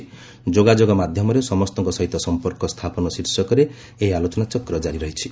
ଯୋଗାଯୋଗ ମାଧ୍ୟମରେ ସମସ୍ତଙ୍କ ସହିତ ସମ୍ପର୍କ ସ୍ଥାପନ ଶୀର୍ଷକରେ ଏହି ଆଲୋଚନା ଚକ୍ର ଜାରି ରହିଛି